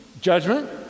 judgment